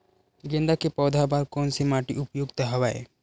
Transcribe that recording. गेंदा के पौधा बर कोन से माटी उपयुक्त हवय?